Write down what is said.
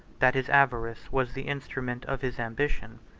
that his avarice was the instrument of his ambition.